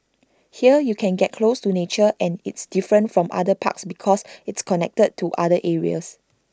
here you can get close to nature and it's different from other parks because it's connected to other areas